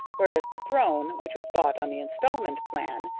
whereas the throne, which was bought on the instalment plan,